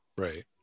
Right